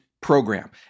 program